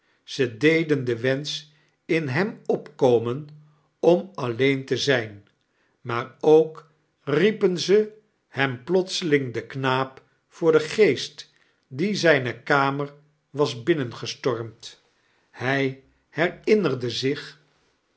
ze deden den wensch in hem opkomen om alleen te zijn maar ook riepen ze hem plotseling den knaap voor den geest die zijne kamer was binnengestormd hij herinnerde zich